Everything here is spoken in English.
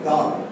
God